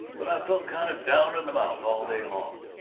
but i've felt kind of down in the mouth all day long.